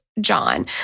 John